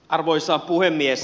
arvoisa puhemies